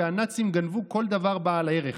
והנאצים גנבו כל דבר בעל ערך.